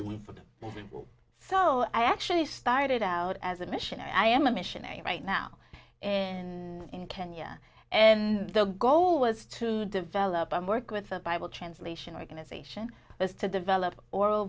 doing for their soul i actually started out as a missionary i am a missionary right now and in kenya and the goal was to develop and work with a bible translation organization is to develop oral